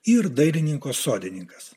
ir dailininko sodininkas